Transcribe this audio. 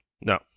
No